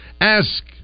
Ask